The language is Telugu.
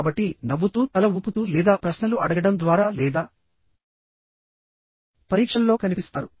కాబట్టి నవ్వుతూ తల ఊపుతూ లేదా ప్రశ్నలు అడగడం ద్వారా లేదా పరీక్షల్లో కనిపిస్తారు